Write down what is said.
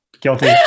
guilty